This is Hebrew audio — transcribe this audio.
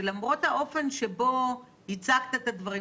למרות האופן שבו הצגת את הדברים,